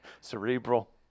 Cerebral